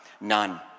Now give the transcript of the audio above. None